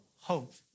hope